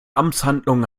amtshandlung